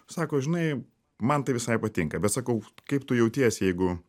sako žinai man tai visai patinka bet sakau kaip tu jautiesi jeigu